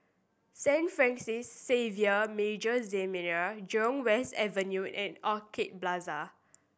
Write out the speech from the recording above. Saint Francis Xavier Major Seminary Jurong West Avenue and Orchid Plaza